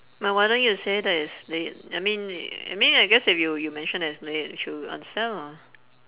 well why don't you say that it's late I mean I mean I guess if you you mention that it's late she'll understand lah